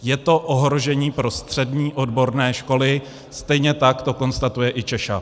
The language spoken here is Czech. Je to ohrožení pro střední odborné školy, stejně tak to konstatuje i CZECHA.